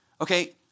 Okay